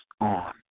on